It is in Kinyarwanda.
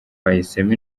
bahisemo